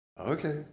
Okay